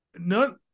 none